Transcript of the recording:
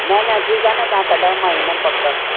न न ठीकु आहे न तव्हां कढायो मां ईंदमि पक